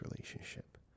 relationship